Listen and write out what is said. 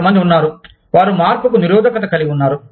కొంతమంది ఉన్నారు వారు మార్పుకు నిరోధకత కలిగి ఉన్నారు